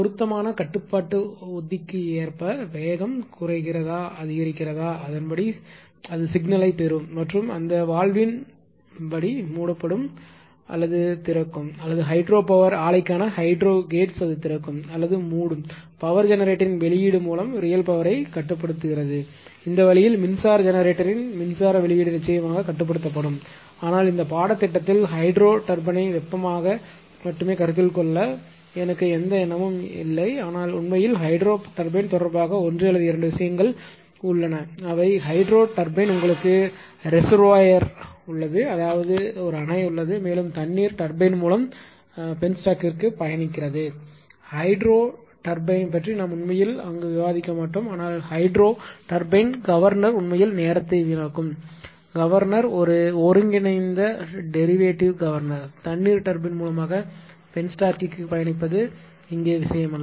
பொருத்தமான கட்டுப்பாட்டு உத்திக்கு ஏற்ப வேகம் குறைகிறதா அதிகரிக்கிறதா அதன்படி அது சிக்னலைப் பெறும் மற்றும் அந்த வால்வின் படி மூடப்படும் அல்லது திறக்கும் அல்லது ஹைட்ரோ பவர் ஆலைக்கான ஹைட்ரோ கேட்ஸ் அது திறக்கும் அல்லது மூடும் பவர் ஜெனரேட்டரின் வெளியீடு மூலம் ரியல் பவரை கட்டுப்படுத்துகிறது இந்த வழியில் மின்சார ஜெனரேட்டரின் மின்சார வெளியீடு நிச்சயமாக கட்டுப்படுத்தப்படும் ஆனால் இந்த பாடத்திட்டத்தில் ஹைட்ரோ டர்பைனை வெப்பமாக மட்டுமே கருத்தில் கொள்ள எனக்கு எந்த எண்ணமும் இல்லை ஆனால் உண்மையில் ஹைட்ரோ டர்பைன் தொடர்பாக ஒன்று அல்லது இரண்டு விஷயங்கள் உள்ளது அவை ஹைட்ரோ டர்பைன் உங்களுக்கு ரெசெர்வோய்ர் உள்ளது அதாவது அணை உள்ளது மேலும் தண்ணீர் டர்பைன் மூலமாக பென்ஸ்டாக்கிற்கு பயணிக்கிறது ஹைட்ரோ டர்பைன் பற்றி நாம் உண்மையில் அங்கு விவாதிக்க மாட்டோம் ஆனால் ஹைட்ரோ டர்பைன் கவர்னர் உண்மையில் நேரத்தை வீணாக்கும் கவர்னர் ஒரு ஒருங்கிணைந்த டெரிவேடிவ் கவர்னர் தண்ணீர் டர்பைன் மூலமாக பென்ஸ்டாக்கிற்கு பயணிப்பது இங்கே விஷயமல்ல